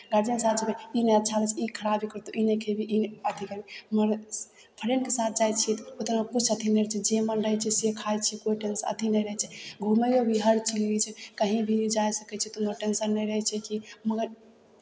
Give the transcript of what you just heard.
guardian साथ जेबै ई नहि अच्छा लगै छै ई खराबी करतौ ई नहि खयबिही ई नहि अथी करबिही मगर फ्रेंडके साथ जाइ छियै तऽ ओतना किछु अथी नहि रहै छै जे मन रहै छै से खाइ छियै कोइ टेंसन अथी नहि रहै छै घूमय लए भी हरचीज कहीँ भी जाइ सकै छी कोनो टेंसन नहि रहै छै कि मगर